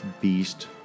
beast